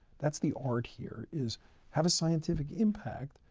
that's the art here, is have a scientific impact,